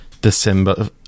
December